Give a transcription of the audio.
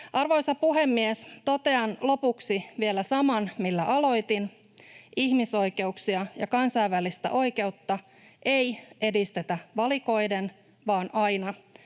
Arvoisa puhemies! Totean lopuksi vielä saman, millä aloitin. Ihmisoikeuksia ja kansainvälistä oikeutta ei edistetä valikoiden vaan aina